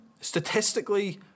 Statistically